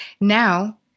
now